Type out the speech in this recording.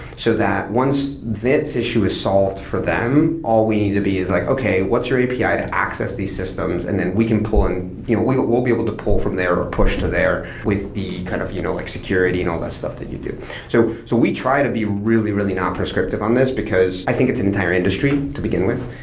so that once this issue is solved for them, all we need to be is like, okay, what's your api to access these systems? and then we can pull in you know we'll be able to pull from there or push to there with the kind of you know like security and all that stuff that you do so so we try to be really, really not prescriptive on this because i think it's an entire industry to begin with.